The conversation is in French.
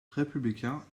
républicain